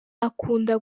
akunda